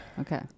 Okay